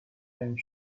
and